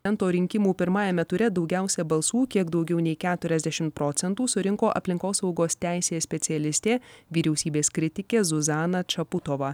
ento rinkimų pirmajame ture daugiausia balsų kiek daugiau nei keturiasdešimt procentų surinko aplinkosaugos teisės specialistė vyriausybės kritikė zuzana čaputova